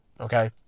Okay